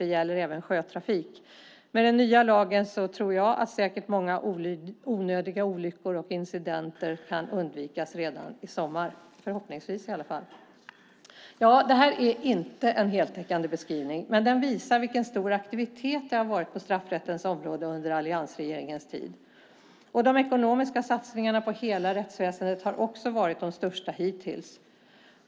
Det gäller även sjötrafik. Med den nya lagen kan förhoppningsvis många onödiga olyckor och incidenter undvikas redan i sommar. Det här är inte en heltäckande beskrivning, men den visar vilken stor aktivitet det har varit på straffrättens område under alliansregeringens tid. De ekonomiska satsningarna på hela rättsväsendet har också varit de största hittills.